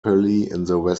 country